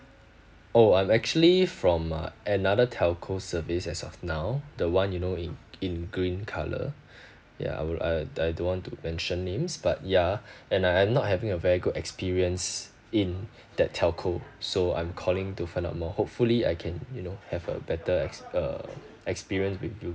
oh I'm actually from uh another telco service as of now the one you know in in green colour yeah I'll I I don't want to mention names but ya and I am not having a very good experience in that telco so I'm calling to find out more hopefully I can you know have a better ex uh experience with you